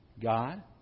God